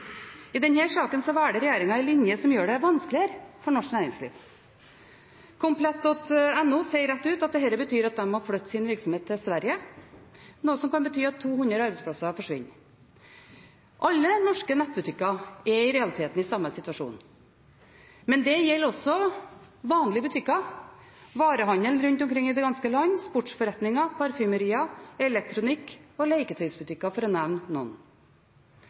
I denne saken valgte regjeringen en linje som gjør det vanskeligere for norsk næringsliv. Komplett.no sier rett ut at dette betyr at de må flytte sin virksomhet til Sverige, noe som kan bety at 200 arbeidsplasser forsvinner. Alle norske nettbutikker er i realiteten i samme situasjon, men det gjelder også vanlige butikker – varehandelen rundt omkring i det ganske land – sportsforretninger, parfymerier, elektronikkbutikker og leketøysbutikker, for å nevne noen.